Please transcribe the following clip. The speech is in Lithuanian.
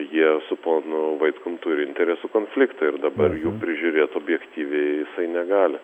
jie su ponu vaitkum turi interesų konfliktą ir dabar jų prižiūrėt objektyviai jisai negali